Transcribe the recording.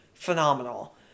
phenomenal